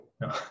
No